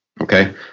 Okay